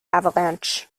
avalanche